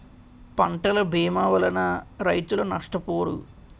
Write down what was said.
పంటల భీమా వలన రైతులు నష్టపోరు